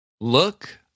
Look